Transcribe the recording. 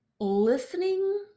listening